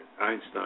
Einstein